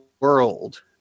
world